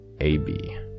A-B